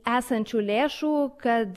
esančių lėšų kad